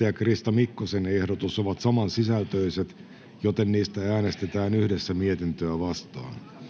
ja Krista Mikkosen ehdotus ovat samansisältöiset, joten niistä äänestetään yhdessä mietintöä vastaan.